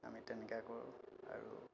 আমি তেনেকুৱা কৰোঁ আৰু